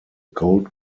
gold